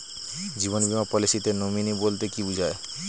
জীবন বীমা পলিসিতে নমিনি বলতে কি বুঝায়?